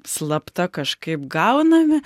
slapta kažkaip gaunami